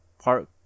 Park